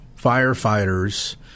firefighters